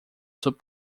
sub